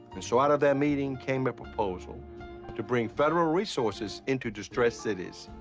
and so out of that meeting came proposal to bring federal resources into distressed cities,